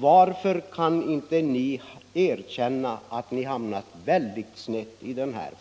Varför kan ni inte erkänna att ni hamnat snett?